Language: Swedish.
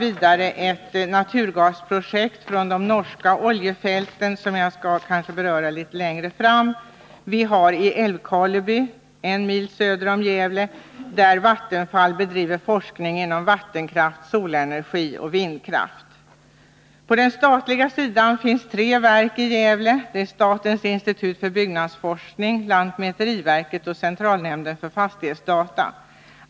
Vidare finns ett projekt som gäller import av naturgas från de norska oljefälten, något som jag kanske skall beröra litet längre fram. I Älvkarleby, en mil söder om Gävle, bedriver Vattenfall forskning inom områdena vattenkraft, solenergi och vindkraft. Det finns tre statliga verk i Gävle — statens institut för byggnadsforskning, lantmäteriverket och centralnämnden för fastighetsdata.